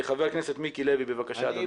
חבר הכנסת מיקי לוי, בבקשה, אדוני.